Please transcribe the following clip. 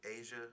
Asia